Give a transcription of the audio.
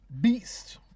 Beast